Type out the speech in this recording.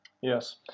Yes